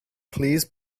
please